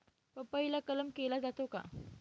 पपईला कलम केला जातो का?